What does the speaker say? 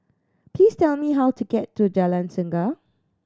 please tell me how to get to Jalan Singa